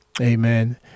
Amen